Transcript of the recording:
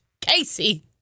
Casey